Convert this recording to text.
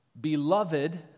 beloved